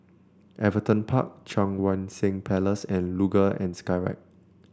Everton Park Cheang Wan Seng Place and Luge and Skyride